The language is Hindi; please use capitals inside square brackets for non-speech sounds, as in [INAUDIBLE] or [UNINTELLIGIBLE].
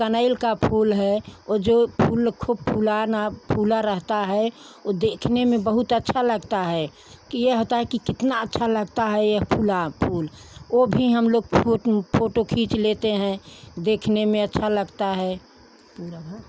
कनेर का फूल है ओ जो फूल को फुलाना फुला रहता है ओ देखने में बहुत अच्छा लगता है ये होता है कि कितना अच्छा लगता है ये फूला फूल ओ भी हम लोग फोटो खींच लेते हैं देखने में अच्छा लगता है [UNINTELLIGIBLE]